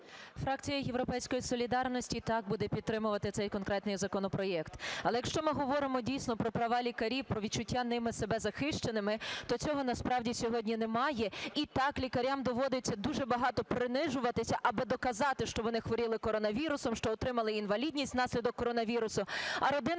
Фракція "Європейської солідарності", так, буде підтримувати цей конкретний законопроект. Але якщо ми говоримо дійсно про права лікарів, про відчуття ними себе захищеними, то цього насправді сьогодні немає. І так, лікарям доводиться дуже багато принижуватися, аби доказати, що вони хворіли коронавірусом, що отримали інвалідність внаслідок коронавірусу.